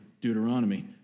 Deuteronomy